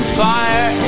fire